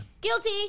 Guilty